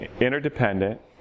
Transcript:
interdependent